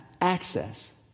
access